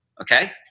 okay